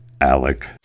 Alec